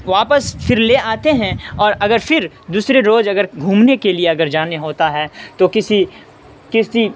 واپس پھر لے آتے ہیں اور اگر پھر دوسری روج اگر گھومنے کے لیے اگر جانے ہوتا ہے تو کسی کسی